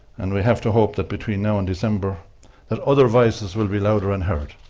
and we have to hope that between now and december that other voices will be louder and heard,